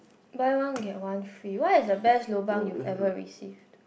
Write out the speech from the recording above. buy one get one free what is the best lobang you've ever received